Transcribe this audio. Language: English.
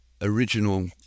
original